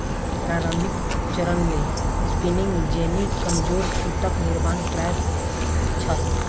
प्रारंभिक चरण मे स्पिनिंग जेनी कमजोर सूतक निर्माण करै छल